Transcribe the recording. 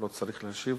לא צריך להשיב.